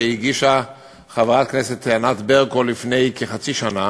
שהגישה חברת הכנסת ענת ברקו לפני כחצי שנה